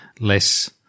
less